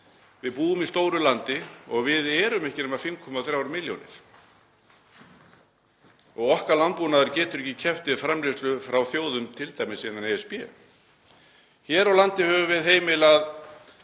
Við búum í stóru landi og við erum ekki nema 5,3 milljónir. Okkar landbúnaður getur ekki keppt við framleiðslu frá þjóðum, t.d. innan ESB. Hér á landi höfum við heimilað